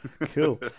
Cool